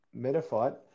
Metafight